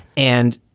and,